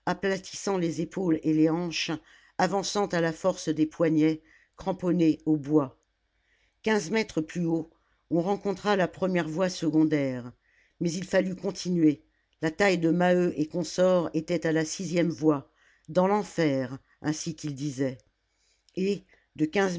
les épaules et les hanches avançant à la force des poignets cramponné aux bois quinze mètres plus haut on rencontra la première voie secondaire mais il fallut continuer la taille de maheu et consorts était à la sixième voie dans l'enfer ainsi qu'ils disaient et de quinze